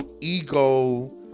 ego